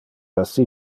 assi